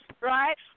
right